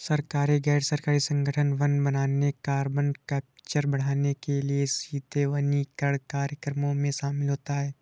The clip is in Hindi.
सरकारी, गैर सरकारी संगठन वन बनाने, कार्बन कैप्चर बढ़ाने के लिए सीधे वनीकरण कार्यक्रमों में शामिल होते हैं